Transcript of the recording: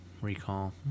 recall